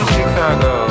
Chicago